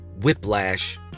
whiplash